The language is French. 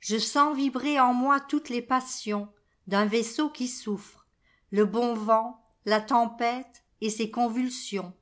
je sens vibrer en moi toutes les passions d'un vaisseau qui souffre le bon vent la tempête et ses convulsions